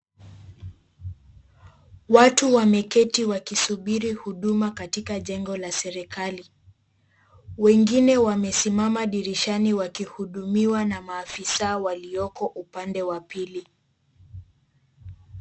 Watu wameketi wakisubiri huduma katika jengo la serikali, wengine wamesimama dirishani, wakihudumiwa na maafisa walioko upande wa pili.